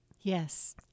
Yes